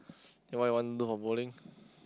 then why you want do for bowling